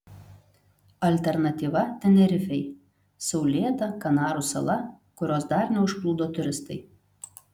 alternatyva tenerifei saulėta kanarų sala kurios dar neužplūdo turistai